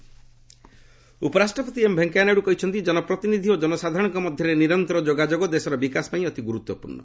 Naidu MP ଉପରାଷ୍ଟ୍ରପତି M Venkaiah Naidu କହିଛନ୍ତି କନପ୍ରତିନିଧି ଓ ଜନସାଧାରଣଙ୍କ ମଧ୍ୟରେ ନିରନ୍ତର ଯୋଗାଯୋଗ ଦେଶର ବିକାଶ ପାଇଁ ଅତି ଗୁରୁତ୍ୱପୂର୍ଣ୍ଣ